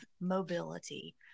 mobility